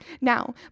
Now